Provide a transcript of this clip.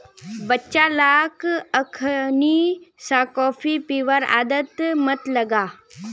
बच्चा लाक अखनइ स कॉफी पीबार आदत मत लगा